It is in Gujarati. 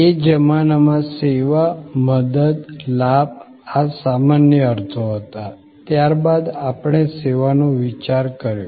એ જમાનામાં સેવા મદદ લાભ આ સામાન્ય અર્થો હતા ત્યારબાદ આપણે સેવાનો વિચાર કર્યો